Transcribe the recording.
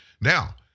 Now